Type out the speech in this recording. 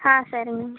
ஆ சரிங்க